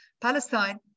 Palestine